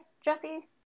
Jesse